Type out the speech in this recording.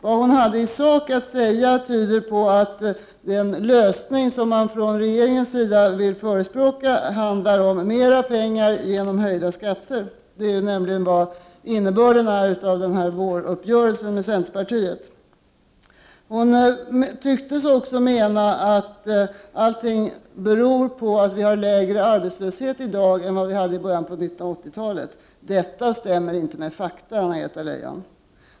Vad Anna-Greta Leijon hade att säga i sak tyder på att den lösning som regeringen förespråkar går ut på mera pengar genom höjda skatter. Detta är nämligen innebörden i våruppgörelsen med centerpartiet. Anna-Greta Leijon tycktes också mena att allting beror på att vi i dag har lägre arbetslöshet än i början av 80-talet. Detta stämmer inte med fakta, Anna-Greta Leijon.